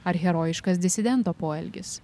ar herojiškas disidento poelgis